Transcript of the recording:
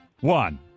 one